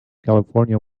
california